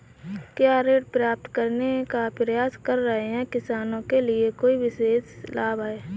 क्या ऋण प्राप्त करने का प्रयास कर रहे किसानों के लिए कोई विशेष लाभ हैं?